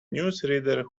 newsreader